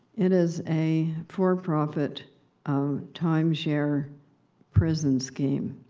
it is a. for-profit, um timeshare prison scheme.